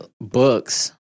books